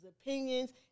opinions